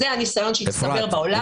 זה הניסיון שהצטבר בעולם.